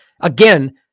Again